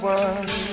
one